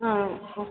ಹಾಂ ಓಕೆ